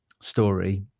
story